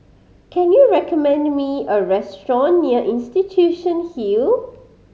can you recommend me a restaurant near Institution Hill